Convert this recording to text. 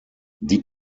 die